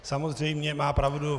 Samozřejmě má pravdu.